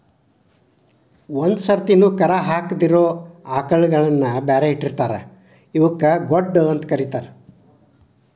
ಒಂದ್ ಸರ್ತಿನು ಕರಾ ಹಾಕಿದಿರೋ ಆಕಳಗಳನ್ನ ಬ್ಯಾರೆ ಇಟ್ಟಿರ್ತಾರ ಇವಕ್ಕ್ ಗೊಡ್ಡ ಅಂತ ಕರೇತಾರ